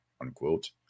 unquote